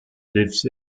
lives